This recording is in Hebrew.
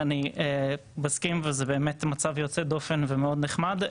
ואני מסכים זהו באמת מצב יוצא דופן ומאוד נחמד.